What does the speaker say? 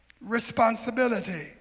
responsibility